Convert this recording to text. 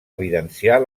evidenciar